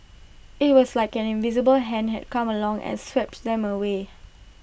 IT was like an invisible hand had come along and swept them away